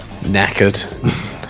Knackered